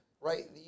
right